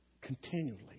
continually